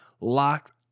Locked